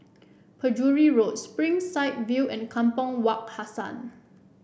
Penjuru Road Springside View and Kampong Wak Hassan